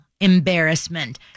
embarrassment